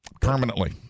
permanently